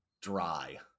Dry